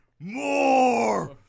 more